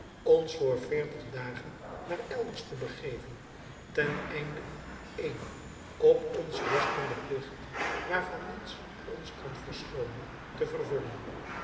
ons voor veertig dagen naar elders te begeven ten einde een op ons rustenden pligt waarvan niets ons kan verschoonen te vervullen